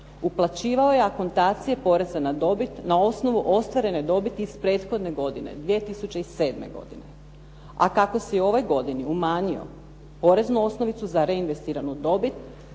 uplaćivao je akontacije poreza na dobit na osnovu ostvarene dobiti iz prethodne godine 2007. godine. A kako si je u ovoj godini umanjio poreznu osnovicu za reinvestiranu dobit